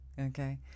okay